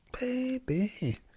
Baby